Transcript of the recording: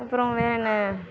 அப்புறோம் வேறு என்ன